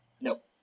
Nope